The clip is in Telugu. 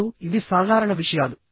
ఇప్పుడు ఇవి సాధారణ విషయాలు